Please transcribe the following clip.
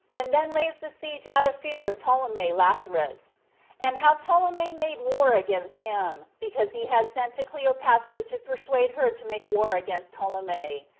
and then raised the siege out of fear of ptolemy lathyrus and how ptolemy made war against him, because he had sent to cleopatra to persuade her to make war against ptolemy,